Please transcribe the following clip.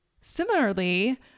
Similarly